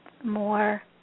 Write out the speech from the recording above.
more